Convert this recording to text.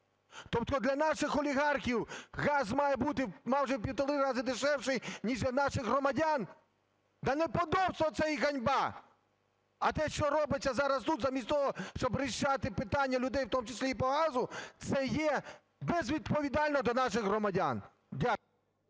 Тобто для наших олігархів газ має бути майже в півтора рази дешевший, ніж для наших громадян? Та неподобство це і ганьба! А те, що робиться зараз тут, замість того, щоб вирішувати питання людей, в тому числі і по газу, це є безвідповідально до наших громадян. Дякую.